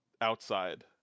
outside